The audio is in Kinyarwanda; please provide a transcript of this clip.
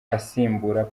asimbura